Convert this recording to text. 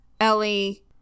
Ellie